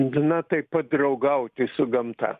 na taip pat draugauti su gamta